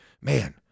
man